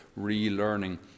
relearning